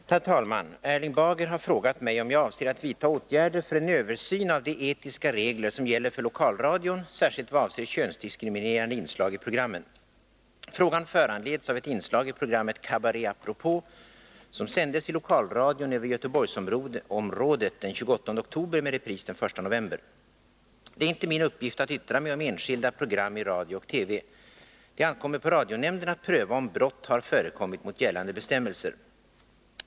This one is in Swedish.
Herr talman! Erling Bager har frågat mig om jag avser att vidta åtgärder för en översyn av de etiska regler som gäller för lokalradion särskilt i vad avser könsdiskriminerande inslag i programmen. Frågan föranleds av ett inslag i programmet ”Kabaré apropå” som sändes i lokalradion över Göteborgsområdet den 28 oktober med repris den 1 november. Det är inte min uppgift att yttra mig om enskilda program i radio och TV. Det ankommer på radionämnden att pröva om brott har förekommit mot gällande bestämmelser.